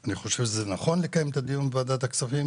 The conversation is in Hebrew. אני חושב שזה נכון לקיים את הדיון בוועדת הכספים